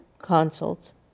consults